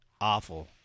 awful